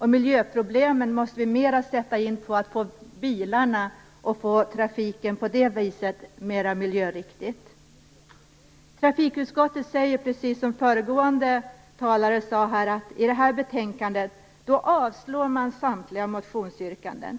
Miljöproblemen måste vi lösa genom att se till att få bilarna och trafiken mera miljöriktiga. Trafikutskottet skriver i det här betänkandet, precis som föregående talare sade, att man avstyrker samtliga motionsyrkanden.